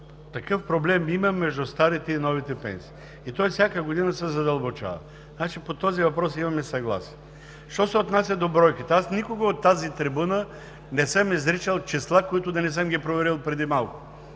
Такъв проблем има между старите и новите пенсии. И той всяка година се задълбочава. По този въпрос имаме съгласие. Що се отнася до бройката, аз никога от тази трибуна не съм изричал числа, които да не съм ги проверил преди малко.